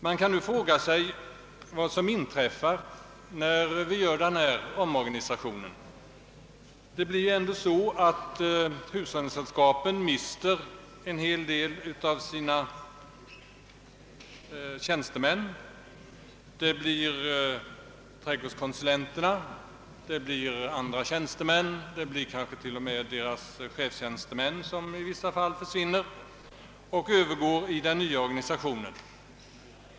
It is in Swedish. Man kan fråga sig vad som inträffar när vi gör denna omorganisation och hushållningssällskapen mister en hel del av sina tjänstemän. Det blir trädgårdskonsulenterna och andra tjänstemän, ibland givetvis också chefstjänstemännen, som försvinner och övergår i den nya organisationen.